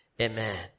Amen